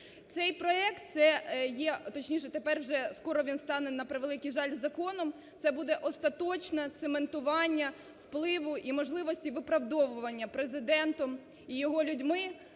Цей проект це є, точніше, тепер вже скоро він стане, на превеликий жаль, законом, це буде остаточне цементування впливу і можливості виправдовування Президентом і його людьми